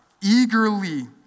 eagerly